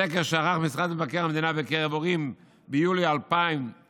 סקר שערך משרד מבקר המדינה בקרב הורים ביולי 2021,